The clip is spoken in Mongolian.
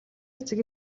эцэг